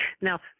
Now